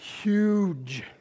huge